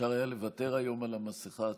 אפשר היה לוותר היום על המסכה הצהובה,